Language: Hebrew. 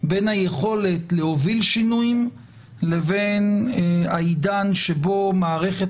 בין היכולת להוביל שינויים לבין העידן שבו מערכת